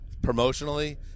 promotionally